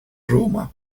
roma